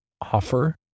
offer